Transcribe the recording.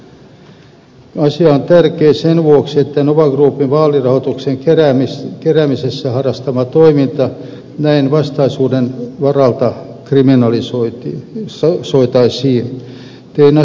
asia on tärkeä sen vuoksi että nova groupin vaalirahoituksen keräämisessä harrastama toiminta näin vastaisuuden varalta kriminalisoitaisiin